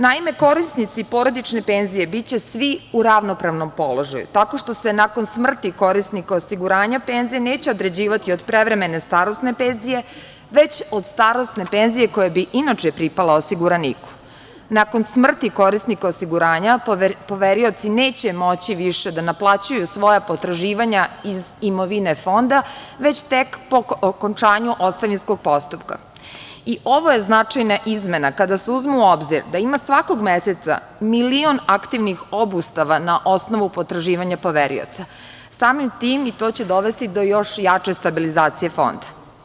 Naime, korisnici porodične penzije biće svi u ravnopravnom položaju tako što se nakon smrti korisnika osiguranja penzije neće određivati od prevremene starosne penzije, već od starosne penzije koje bi inače pripala osiguraniku nakon smrti korisnika osiguranja poverioci neće moći više da naplaćuju svoja potraživanja iz imovine fonda, već tek po okončanju ostavinskog postupka i ovo je značajna izmena kada se uzme u obzir da ima svakog meseca milion aktivnih obustava na osnovu potraživanja poverioca, samim tim i to će dovesti do još jače stabilizacije fonda.